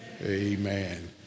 Amen